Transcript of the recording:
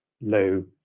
low